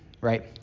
right